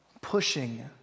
pushing